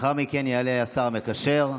לאחר מכן יעלה השר המקשר.